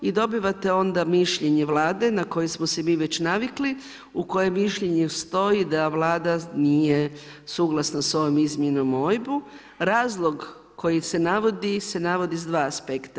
I dobivate onda mišljenje Vlade na koji smo se mi već navikli u kojem mišljenju stoji da Vlada nije suglasna s ovom izmjenom o OIB-u. razlog koji se navodi se navodi s dva aspekta.